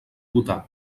votar